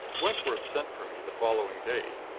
wentworth sent for me the following day.